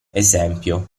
esempio